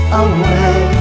away